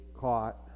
caught